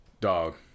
Dog